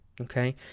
okay